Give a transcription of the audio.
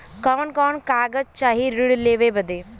कवन कवन कागज चाही ऋण लेवे बदे?